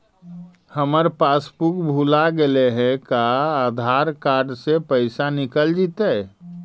हमर पासबुक भुला गेले हे का आधार कार्ड से पैसा निकल जितै?